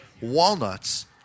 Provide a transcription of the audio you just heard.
Walnuts